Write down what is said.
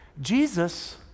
Jesus